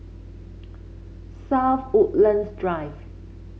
South Woodlands Drive